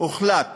הוחלט